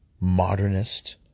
modernist